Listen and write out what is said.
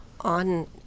on